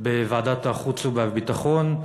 בוועדת החוץ והביטחון,